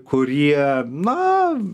kurie na